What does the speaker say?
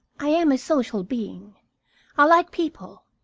i am a social being i like people.